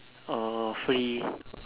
or free